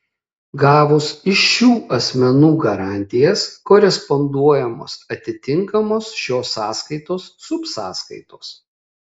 gavus iš šių asmenų garantijas koresponduojamos atitinkamos šios sąskaitos subsąskaitos